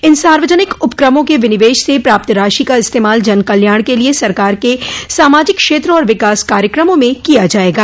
इन सार्वजनिक उपक्रमों के विनिवेश से प्राप्त राशि का इस्तेमाल जन कल्याण के लिए सरकार के सामाजिक क्षेत्र और विकास कार्यक्रमों में किया जाएगा